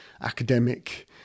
academic